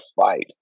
fight